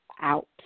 out